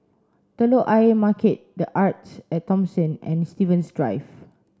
Telok Ayer Market The Arte at Thomson and Stevens Drive